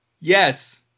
Yes